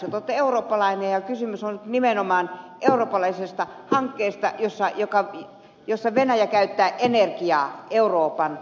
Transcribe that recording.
te olette eurooppalainen ja kysymys on nimenomaan eurooppalaisesta hankkeesta jossa venäjä käyttää energiaa euroopan yli